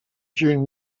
during